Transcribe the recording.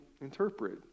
interpret